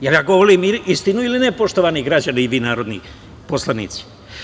Da li ja govorim istinu ili ne, poštovani građani i vi narodni poslanici?